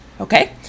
Okay